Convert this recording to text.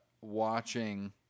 watching